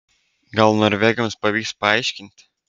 gal norvegams pavyks paaiškinti